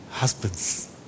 Husbands